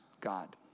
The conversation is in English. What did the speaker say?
God